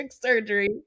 surgery